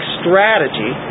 strategy